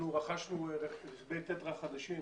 אנחנו רכשנו רכבים חדשים